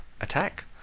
attack